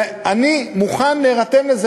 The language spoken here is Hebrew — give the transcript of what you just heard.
ואני מוכן להירתם לזה,